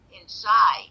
inside